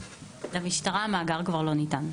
למשטרה המאגר כבר לא ניתן.